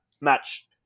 match